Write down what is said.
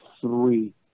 three